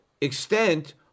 extent